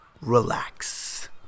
Relax